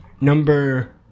number